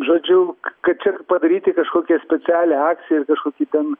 žodžiu kad čia padaryti kažkokią specialią akciją ir kažkokį ten